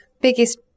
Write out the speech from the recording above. biggest